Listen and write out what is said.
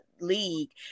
league